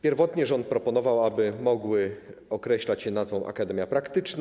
Pierwotnie rząd proponował, aby mogły określać się nazwą: akademia praktyczna.